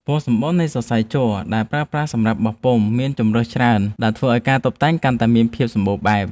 ពណ៌សម្បុរនៃសរសៃជ័រដែលប្រើប្រាស់សម្រាប់ការបោះពុម្ពមានជម្រើសច្រើនដែលធ្វើឱ្យការតុបតែងកាន់តែមានភាពសម្បូរបែប។